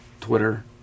twitter